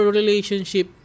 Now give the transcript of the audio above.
relationship